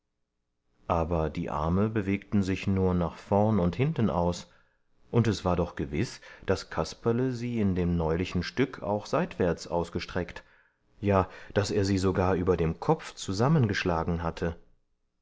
aber die arme bewegten sich nur nach vorn und hinten aus und es war doch gewiß daß kasperle sie in dem neulichen stück auch seitwärts ausgestreckt ja daß er sie sogar über dem kopf zusammengeschlagen hatte